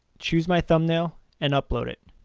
choose my thumbnail and upload it.